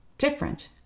different